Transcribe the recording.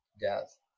death